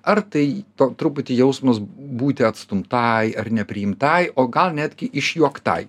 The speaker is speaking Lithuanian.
ar tai truputį jausmas būti atstumtai ar nepriimtai o gal netgi išjuoktai